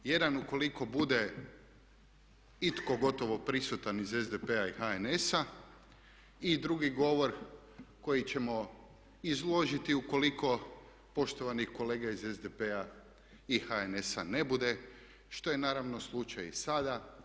Jedan ukoliko bude itko gotovo prisutan iz SDP-a i HNS-a i drugi govor koji ćemo izložiti ukoliko poštovanih kolega iz SDP-a i HNS-a ne bude što je naravno slučaj i sada.